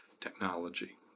technology